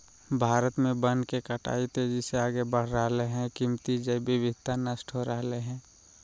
भारत में वन के कटाई तेजी से आगे बढ़ रहल हई, कीमती जैव विविधता नष्ट हो रहल हई